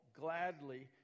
gladly